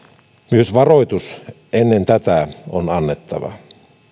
myös varoitus ennen tätä on annettava